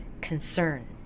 concern